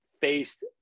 faced